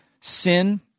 sin